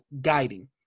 guiding